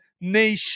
nation